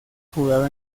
jugado